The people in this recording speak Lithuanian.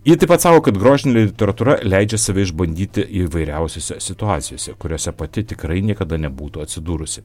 ji taip pat sako kad grožinė literatūra leidžia save išbandyti įvairiausiose situacijose kuriose pati tikrai niekada nebūtų atsidūrusi